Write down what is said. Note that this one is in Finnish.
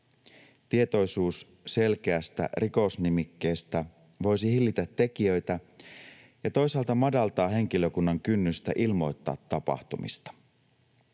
Tietoisuus selkeästä rikosnimikkeestä voisi hillitä tekijöitä ja toisaalta madaltaa henkilökunnan kynnystä ilmoittaa tapahtumista.